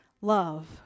love